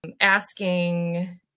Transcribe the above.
asking